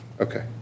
Okay